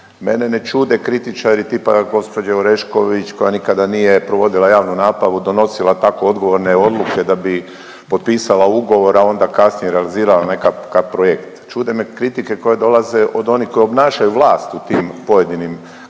Mene ne čude kritičari tipa gđe. Orešković koja nikada nije provodila javnu nabavu i donosila tako odgovorne odluke da bi potpisala ugovor, a onda kasnije realizirala nekakav projekt, čude me kritike koje dolaze od onih koji obnašaju vlast u tim pojedinim krajevima,